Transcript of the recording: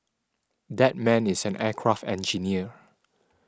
that man is an aircraft engineer